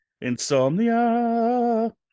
Insomnia